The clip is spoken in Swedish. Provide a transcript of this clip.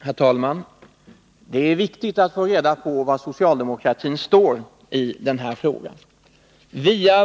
Herr talman! Det är viktigt att få reda på var socialdemokratin står i den här frågan.